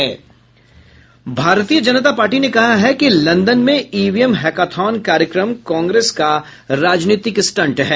भारतीय जनता पार्टी ने कहा है कि लंदन में ईवीएम हैकाथॉन कार्यक्रम कांग्रेस का राजनीतिक स्टंट है